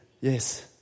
yes